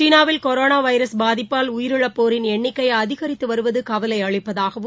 சீனாவில் கொரோனாவைரஸ் பாதிப்பால் உயிழிப்போரின் எண்ணிக்கைஅதிகரித்துவருவதுகவலைஅளிப்பதாகவும்